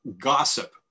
gossip